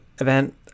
event